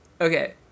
Okay